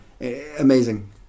Amazing